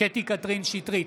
קטי קטרין שטרית,